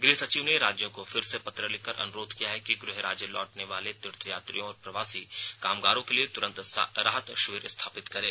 गृह सचिव ने राज्यों को फिर से पत्र लिखकर अनुरोध किया है कि गृह राज्य लौटने वाले तीर्थ यात्रियों और प्रवासी कामगारों के लिए तुरंत राहत शिविर स्थापित करें